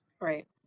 Right